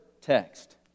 text